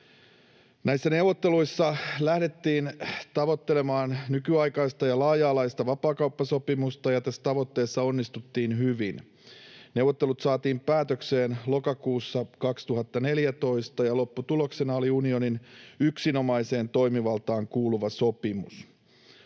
Näissä neuvotteluissa lähdettiin tavoittelemaan nykyaikaista ja laaja-alaista vapaakauppasopimusta, ja tässä tavoitteessa onnistuttiin hyvin. Neuvottelut saatiin päätökseen lokakuussa 2014, ja lopputuloksena oli unionin yksinomaiseen toimivaltaan kuuluva sopimus.